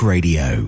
Radio